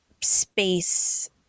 space